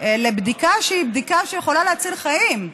לבדיקה שהיא בדיקה שיכולה להציל חיים.